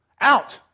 out